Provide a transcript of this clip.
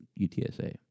UTSA